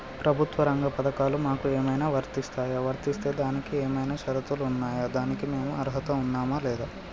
ప్రభుత్వ రంగ పథకాలు మాకు ఏమైనా వర్తిస్తాయా? వర్తిస్తే దానికి ఏమైనా షరతులు ఉన్నాయా? దానికి మేము అర్హత ఉన్నామా లేదా?